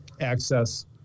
access